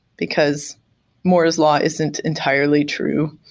because morris law isn't entirely true